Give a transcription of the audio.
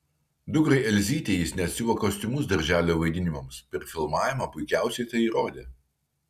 dukrai elzytei jis net siuva kostiumus darželio vaidinimams per filmavimą puikiausiai tai įrodė